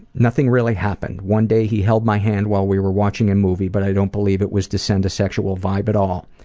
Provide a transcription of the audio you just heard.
nothing really happened. one day he held my hand while we were watching a and movie, but i don't believe it was to send a sexual vibe at all.